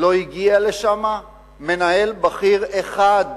לא הגיע לשם מנהל בכיר אחד